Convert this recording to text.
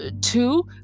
Two